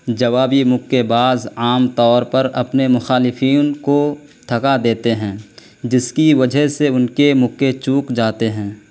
جوابی مکے باز عام طور پر اپنے مخالفین کو تھکا دیتے ہیں جس کی وجہ سے ان کے مکے چوک جاتے ہیں